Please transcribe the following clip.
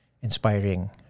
inspiring